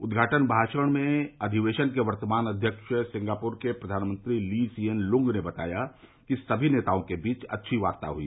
उद्घाटन भाषण में अधिवेशन के वर्तमान अध्यक्ष सिंगापुर के प्रधानमंत्री ली सियेन खुंग ने बताया कि सभी नेताओं के बीच अच्छी वार्ता हुई